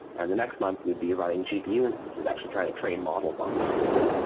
and the next month we'd be running gpu instances. actually, trying to train models on these things.